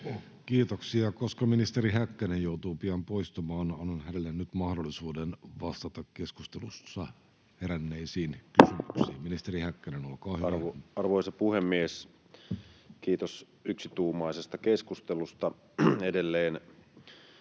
Kiitoksia. — Koska ministeri Häkkänen joutuu pian poistumaan, annan hänelle nyt mahdollisuuden vastata keskustelussa heränneisiin kysymyksiin. — Ministeri Häkkänen, olkaa hyvä. Arvoisa puhemies! Kiitos yksituumaisesta keskustelusta edelleen.